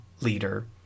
leader